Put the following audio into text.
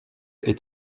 est